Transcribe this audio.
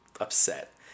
upset